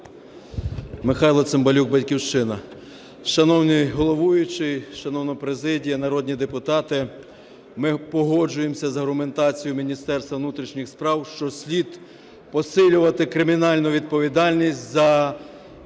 Михайло Цимбалюк, "Батьківщина". Шановний головуючий, шановна президія, народні депутати! Ми погоджуємося з аргументацією Міністерства внутрішніх справ, що слід посилювати кримінальну відповідальність за